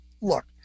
look